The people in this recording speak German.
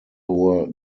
hohe